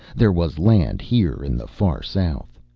there was land here in the far south.